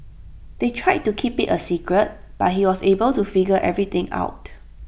they tried to keep IT A secret but he was able to figure everything out